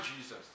Jesus